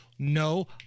No